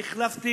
אני החלפתי